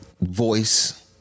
voice